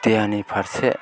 देहानि फारसे